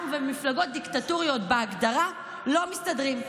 אנחנו ומפלגות דיקטטוריות, בהגדרה, לא מסתדרים.